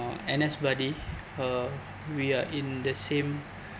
uh N_S buddy uh we are in the same